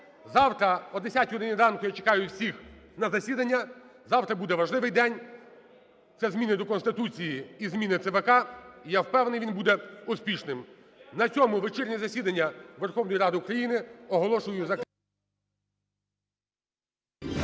Завтра о 10 годині ранку я чекаю всіх на засідання. Завтра буде важливий день, це зміни до Конституції і зміни до ЦВК, і я впевнений, він буде успішним. На цьому засідання Верховної Ради України оголошую закритим.